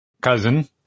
cousin